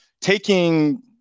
taking